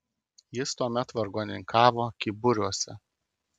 jis tuomet vargoninkavo kyburiuose